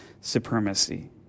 supremacy